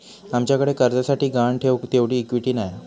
आमच्याकडे कर्जासाठी गहाण ठेऊक तेवढी इक्विटी नाय हा